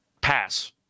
Pass